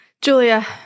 Julia